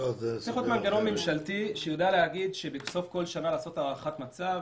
צריך להיות מנגנון ממשלתי שיודע בסוף כל שנה לעשות הערכת מצב,